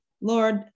Lord